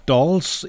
Dolls